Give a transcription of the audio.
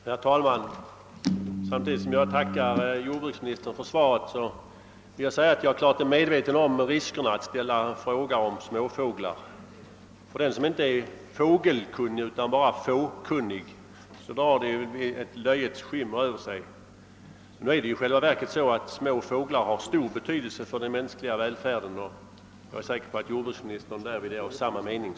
Herr talman! Samtidigt som jag tackar jordbruksministern för svaret vill jag säga att jag är fullt medveten om riskerna med att framställa en fråga om småfåglar. För den som inte är fågelkunnig utan bara fåkunnig har en sådan fråga kanske ett löjets skimmer över sig. Men små fåglar har faktiskt stor betydelse för vår välfärd; jag är säker på att jordbruksministern därvidlag delar min uppfattning.